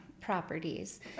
properties